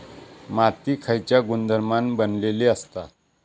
माती खयच्या गुणधर्मान बनलेली असता?